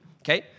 Okay